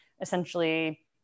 essentially